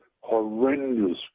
horrendous